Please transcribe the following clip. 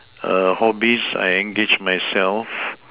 hobbies I engage myself